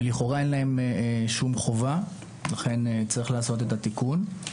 ולכאורה אין להם שום חובה ולכן צריך לעשות את התיקון.